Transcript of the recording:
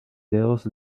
dedos